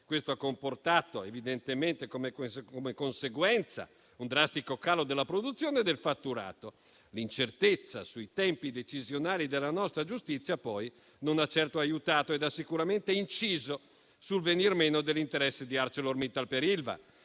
Ciò ha comportato evidentemente come conseguenza un drastico calo della produzione e del fatturato. L'incertezza sui tempi decisionali della nostra giustizia, poi, non ha certo aiutato ed ha sicuramente inciso sul venir meno dell'interesse di ArcelorMittal per Ilva.